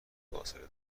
فاصله